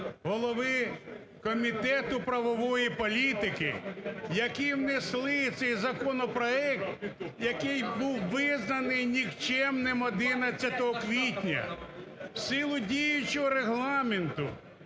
голови Комітету правової політики, які внесли цей законопроект, який був визнаний нікчемним 11 квітня. В силу діючого Регламенту,